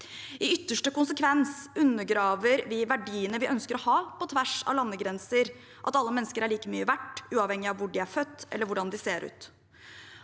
I ytterste konsekvens undergraver vi verdiene vi ønsker å ha på tvers av landegrenser: at alle mennesker er like mye verdt, uavhengig av hvor de er født, eller hvordan de ser ut.